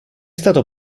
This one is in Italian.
stato